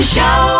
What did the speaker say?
Show